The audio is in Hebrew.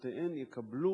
נשותיהם יקבלו